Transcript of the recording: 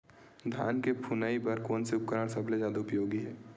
धान के फुनाई बर कोन से उपकरण सबले जादा उपयोगी हे?